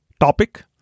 topic